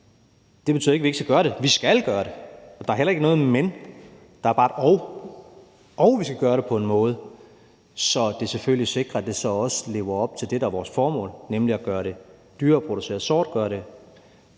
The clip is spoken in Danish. Det betyder ikke, at vi ikke skal gøre det. Vi skal gøre det. Der er heller ikke noget »men«, der er bare et »og«: Og vi skal gøre det på en måde, som selvfølgelig sikrer, at det så også lever op til det, der er vores formål, nemlig at gøre det dyrere at producere sort